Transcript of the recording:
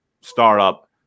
startup